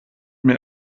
mir